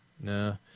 No